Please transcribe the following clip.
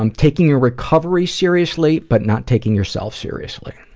um taking your recovery seriously but not taking yourself seriously.